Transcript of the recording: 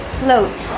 float